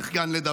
צריך גם לדבר.